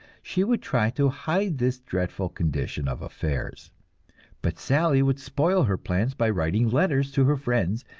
she would try to hide this dreadful condition of affairs but sally would spoil her plans by writing letters to her friends,